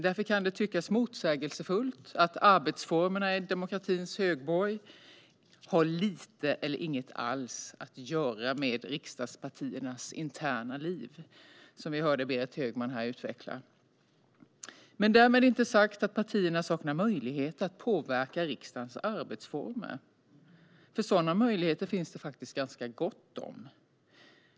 Därför kan det tyckas motsägelsefullt att arbetsformerna i demokratins högborg har lite eller inget alls att göra med riksdagspartiernas interna liv, som vi hörde Berit Högman utveckla. Det är därmed inte sagt att partierna saknar möjlighet att påverka riksdagens arbetsformer. Sådana möjligheter finns det faktiskt ganska gott om.